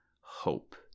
hope